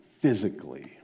physically